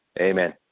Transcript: Amen